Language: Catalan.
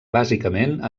bàsicament